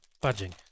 budging